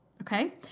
okay